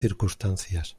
circunstancias